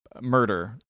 Murder